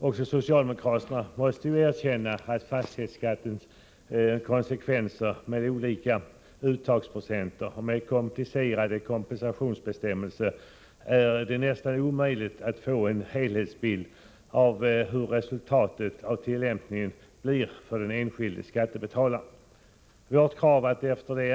Också socialdemokraterna måste erkänna att det är i det närmaste omöjligt att få en helhetsbild av konsekvenserna för den enskilde skattebetalaren av tillämpningen av fastighetsskattens olika procentsatser för skatteuttag och komplicerade kompensationsbestämmelser.